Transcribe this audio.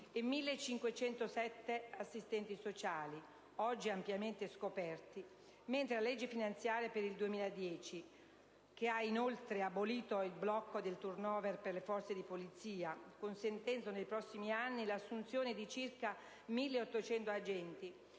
e 1.507 di assistente sociale, oggi ampiamente scoperti, mentre la legge finanziaria per il 2010 - che ha inoltre abolito il blocco del *turn over* per le forze di polizia, consentendo nei prossimi anni l'assunzione di circa 1.800 agenti